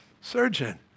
surgeon